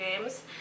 games